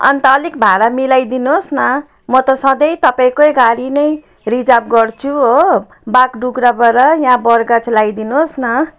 अन्त अलिक भाडा मिलाइदिनु होस् न म त सधैँ तपाईँको गाडी नै रिजर्व गर्छु हो बाघडोग्राबाट यहाँ बरगाछ ल्याइदिनु होस् न